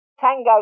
Tango